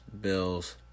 Bills